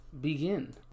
Begin